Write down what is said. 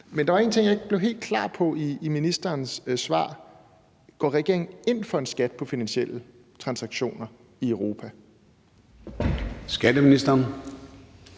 Der var en ting, der ikke stod helt klart i ministerens svar: Går regeringen ind for en skat på finansielle transaktioner i Europa? Kl.